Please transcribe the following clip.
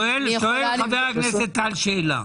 שואל חבר הכנסת טל שאלה.